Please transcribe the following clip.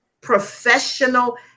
Professional